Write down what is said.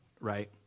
right